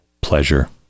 Pleasure